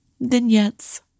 Vignettes